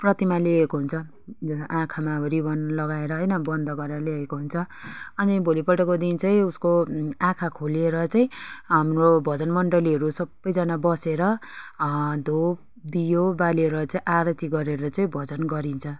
प्रतिमा ल्याइएको हुन्छ आँखामा अब रिबन लगाएर होइन बन्द गरेर ल्याइएको हुन्छ अनि भोलिपल्टको दिन चाहिँ उसको आँखा खोलेर चाहिँ हाम्रो भजन मन्डलीहरू सबैजना बसेर धूप दीयो बालेर चाहिँ आरती गरेर चाहिँ भजन गरिन्छ